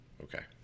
Okay